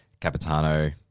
Capitano